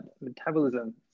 metabolism